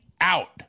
out